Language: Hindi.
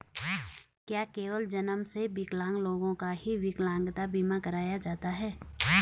क्या केवल जन्म से विकलांग लोगों का ही विकलांगता बीमा कराया जाता है?